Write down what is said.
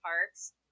parks